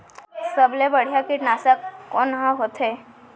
सबले बढ़िया कीटनाशक कोन ह होथे?